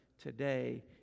today